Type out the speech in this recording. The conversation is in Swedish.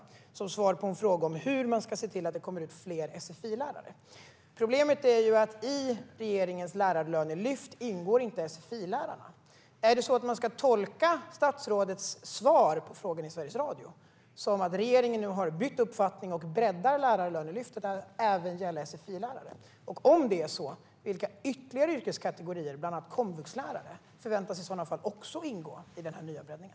Det sa hon som svar på en fråga om hur man ska se till att det kommer ut fler sfi-lärare. Problemet är att sfi-lärarna inte ingår i regeringens lärarlönelyft. Ska man tolka statsrådets svar på frågan i Sveriges Radio så att regeringen nu har bytt uppfattning och breddar lärarlönelyftet till att gälla även sfi-lärare? Om det är så, vilka ytterligare yrkeskategorier, bland annat komvuxlärare, förväntas också ingå i den nya breddningen?